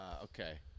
Okay